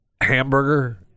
hamburger